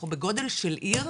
אנחנו בגודל של עיר,